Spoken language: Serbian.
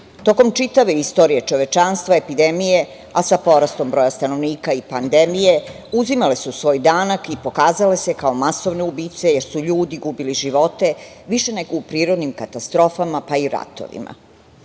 čitave istorije čovečanstva epidemije, a sa porastom broja stanovnika i pandemije, uzimale su svoj danak i pokazale se kao masovne ubice, jer su ljudi gubili živote više nego u prirodnim katastrofama, pa i ratovima. Na